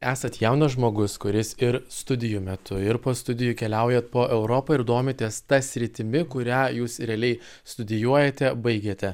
esat jaunas žmogus kuris ir studijų metu ir po studijų keliaujat po europą ir domitės ta sritimi kurią jūs realiai studijuojate baigėte